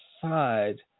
side